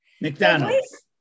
McDonald's